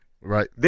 Right